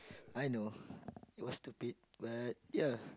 I know it was stupid but ya